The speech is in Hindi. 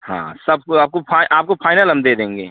हाँ सब कु आपको फाइ आपको फाइनल हम दे देंगे